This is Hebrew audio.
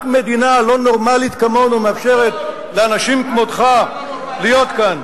רק מדינה לא נורמלית כמונו מאפשרת לאנשים כמותך להיות כאן.